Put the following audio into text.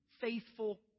faithful